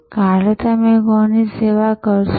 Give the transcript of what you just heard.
કાલે તમે કોની સેવા કરશો